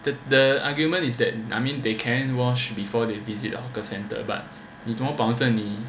the the argument is that I mean they can wash before they visit hawker centre but 你怎样保证你